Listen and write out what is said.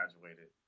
graduated